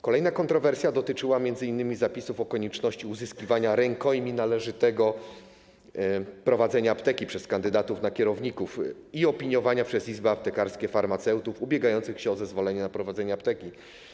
Kolejna kontrowersja dotyczyła m.in. zapisów o konieczności uzyskiwania rękojmi należytego prowadzenia apteki przez kandydatów na kierowników i opiniowania przez izby aptekarskie farmaceutów ubiegających się o zezwolenie na prowadzenie apteki.